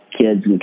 kids